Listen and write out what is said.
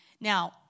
Now